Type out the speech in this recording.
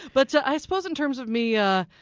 but so i suppose in terms of me, ah